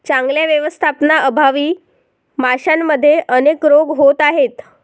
चांगल्या व्यवस्थापनाअभावी माशांमध्ये अनेक रोग होत आहेत